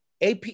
AP